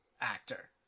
actor